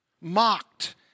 mocked